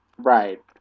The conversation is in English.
Right